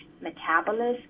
metabolism